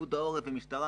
פיקוד העורף והמשטרה